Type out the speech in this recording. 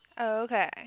Okay